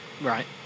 Right